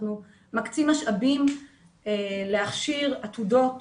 אנחנו מקצים משאבים להכשיר עתודות